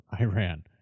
Iran